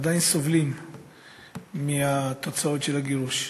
עדיין סובלים מהתוצאות של הגירוש.